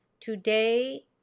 Today